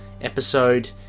episode